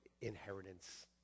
inheritance